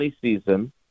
season